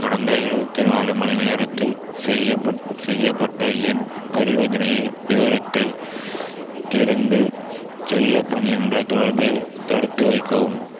கடந்த இருபத்தி நாலு மணிநேரத்தில் செய்யப்பட் செய்யப்பட்ட என் பரிவர்த்தனையை விவரத்தைத் திறந்து செல்லப்பன் என்ற தொடர்பை தடுத்துவைக்கவும்